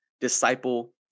disciple